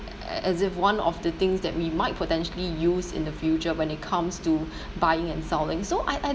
a~ as if one of the things that we might potentially use in the future when it comes to buying and selling so I I